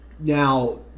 Now